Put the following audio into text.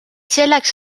selleks